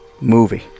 movie